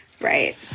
right